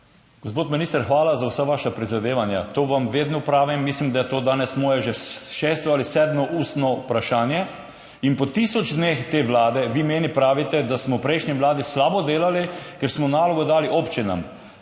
Gospod minister, hvala za vsa vaša prizadevanja, to vam vedno pravim. Mislim, da je to danes moje že šesto ali sedmo ustno vprašanje. In po tisoč dneh te vlade, vi meni pravite, da smo v prejšnji vladi slabo delali, ker smo nalogo dali občinam.